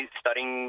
studying